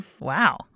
Wow